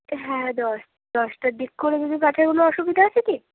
হ্যাঁ দশ দশটার দিক করে যদি পাঠাই কোনো অসুবিধা আছে কি